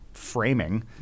Framing